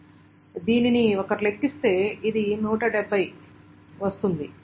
కాబట్టి దీనిని ఒకరు లెక్కిస్తే ఇది 170 కి వస్తుంది